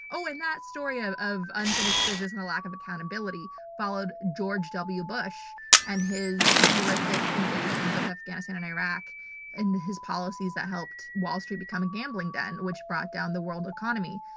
oh. and that story of of unfinished business and the lack of accountability followed george w. bush and his horrific invasions of afghanistan and iraq and his policies that helped wall street become a gambling den, which brought down the world economy.